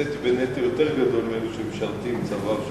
הוא צריך לשאת בנטל יותר גדול מאלו שמשרתים צבא.